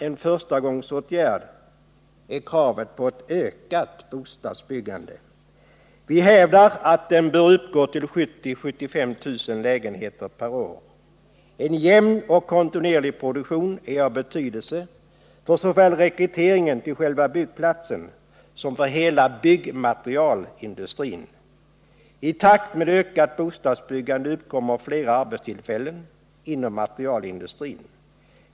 En förstarangsåtgärd är att öka bostadsbyggandet. Vi hävdar att bostadsbyggandet bör uppgå till 70 000-75 000 lägenheter per år. En jämn och kontinuerlig produktion är av betydelse, såväl för rekryteringen till själva byggplatsen som för hela byggmaterialindustrin. I takt med ökat bostadsbyggande uppkommer flera arbetstillfällen inom materialindustrin.